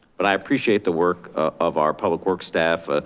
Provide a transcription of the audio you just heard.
but i appreciate the work of our public works staff. ah